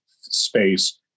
space